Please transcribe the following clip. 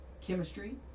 chemistry